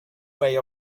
way